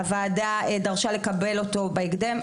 הוועדה דרשה לקבל אותו בהקדם,